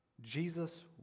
Jesus